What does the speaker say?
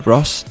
Ross